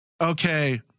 okay